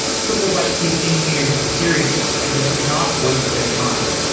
triple byte takes engineers seriously and does not waste their time.